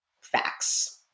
facts